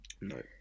no